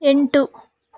ಎಂಟು